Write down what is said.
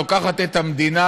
לוקחת את המדינה,